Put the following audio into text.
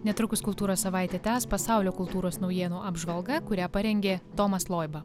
netrukus kultūros savaitę tęs pasaulio kultūros naujienų apžvalga kurią parengė tomas loiba